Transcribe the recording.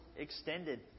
extended